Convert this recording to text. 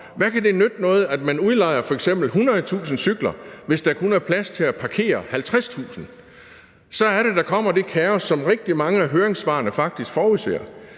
hvad kan det så nytte noget, at man udlejer f.eks. 100.000 cykler, hvis der kun er plads til at parkere 50.000? Så er det, der kommer det kaos, som rigtig mange af høringssvarene faktisk forudser,